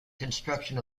construction